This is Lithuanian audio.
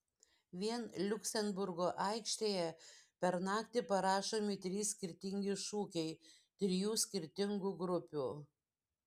vien liuksemburgo aikštėje per naktį parašomi trys skirtingi šūkiai trijų skirtingų grupių